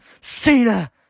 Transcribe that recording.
Cena